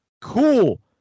Cool